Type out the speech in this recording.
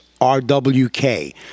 RWK